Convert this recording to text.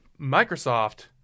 Microsoft